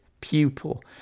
pupil